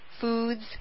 foods